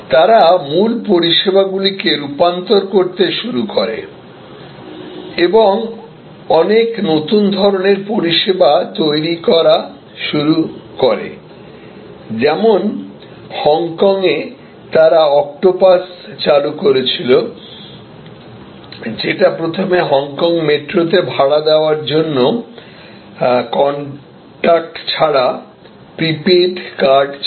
তারা মূল পরিষেবাগুলিকে রূপান্তর করতে শুরু করে এবং অনেক নতুন ধরণের পরিষেবা তৈরি করা শুরু করেযেমন হংকংয়ে তারা অক্টোপাস চালু করেছিল যেটা প্রথমে হংকং মেট্রোতে ভাড়া দেওয়ার জন্য কন্টাক্ট ছাড়া প্রিপেইড কার্ড ছিল